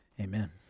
Amen